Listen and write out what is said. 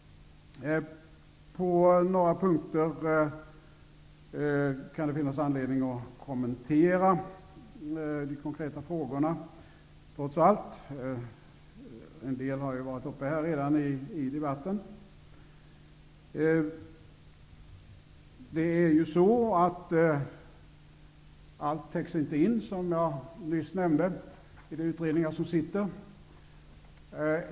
På några punkter kan det trots allt finnas anledning att kommentera de konkreta frågorna. En del av dem har redan varit uppe i debatten. Allt täcks inte in, som jag nyss nämnde, i de utredningar som sitter.